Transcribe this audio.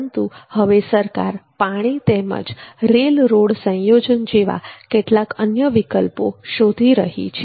પરંતુ હવે સરકાર પાણી તેમજ રેલ રોડ સંયોજન જેવા કેટલાક અન્ય વિકલ્પો શોધી રહી છે